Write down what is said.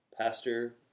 Pastor